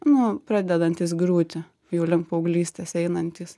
nu pradedantys griūti jau link paauglystės einantys